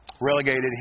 relegated